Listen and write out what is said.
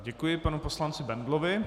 Děkuji panu poslanci Bendlovi.